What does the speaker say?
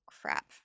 Crap